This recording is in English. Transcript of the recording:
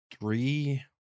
Three